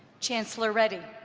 chancellor reddy.